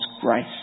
grace